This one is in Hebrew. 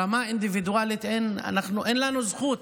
ברמה האינדיבידואלית אין לנו זכות